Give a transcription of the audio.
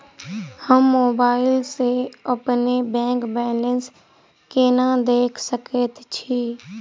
हम मोबाइल सा अपने बैंक बैलेंस केना देख सकैत छी?